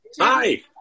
Hi